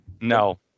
No